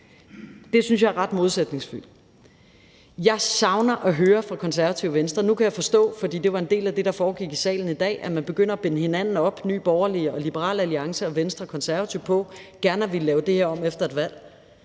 Det synes jeg er ret modsætningsfyldt. Jeg savner at høre noget fra Konservative og Venstre. Nu kan jeg forstå, for det var en del af det, der foregik i salen i dag, at man, Nye Borgerlige, Liberal Alliance, Venstre og Konservative, begynder at binde hinanden op på gerne at ville lave det her om efter et valg.